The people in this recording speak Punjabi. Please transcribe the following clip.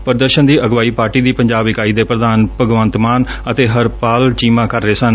ਪੁਦਰਸ਼ਨ ਦੀ ਅਗਵਾਈ ਪਾਰਟੀ ਦੀ ਪੰਜਾਬ ਇਕਾਈ ਦੇ ਪੁਧਾਨ ਭਗਵੰਤ ਮਾਨ ਅਤੇ ਹਰਪਾਲ ਚੀਮਾ ਕਰ ਰਹੇ ਸਨ